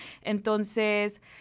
Entonces